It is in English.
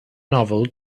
novel